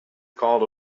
called